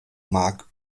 mark